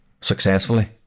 successfully